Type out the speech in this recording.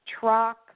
truck